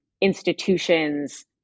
institutions